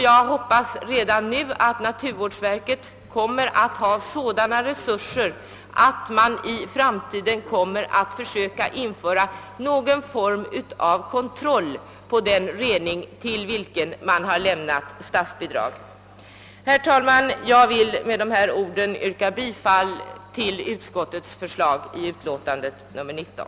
Jag hoppas även att naturvårdsverket kommer att ha sådana resurser att man i framtiden kan kräva någon form av kontroll av den rening till vilken man har lämnat bidrag. Herr talman! Med dessa ord vill jag yrka bifall till utskottets hemställan i utskottsutlåtandet nr 19.